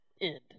end